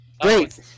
Great